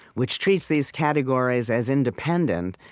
which treats these categories as independent,